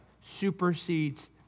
supersedes